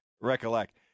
recollect